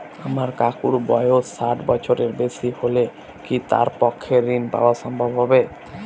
আমার কাকুর বয়স ষাট বছরের বেশি হলে কি তার পক্ষে ঋণ পাওয়া সম্ভব হবে?